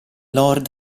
lord